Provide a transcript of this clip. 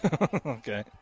Okay